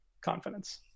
confidence